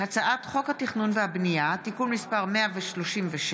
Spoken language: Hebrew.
הצעת חוק התכנון והבנייה (תיקון מס' 136)